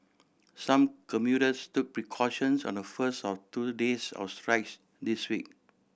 some commuters took precautions on the first of two days of strikes this week